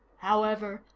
however,